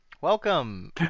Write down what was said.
Welcome